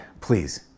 please